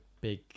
big